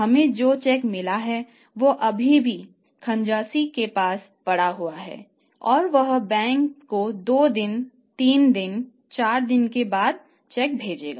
हमें जो चेक मिला है वह अभी भी खजांची के पास पड़ा हुआ है और वह बैंक को 2 दिन 3 दिन 4 दिन के बाद चेक भेजेगा